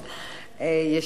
אמן.